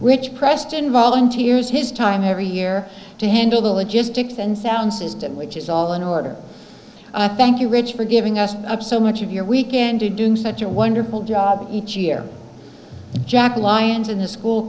which preston volunteers his time every year to handle it just kicks and sound system which is all in order thank you rich for giving us up so much of your weekend to doing such a wonderful job each year jack lyons in the school